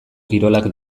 kirolak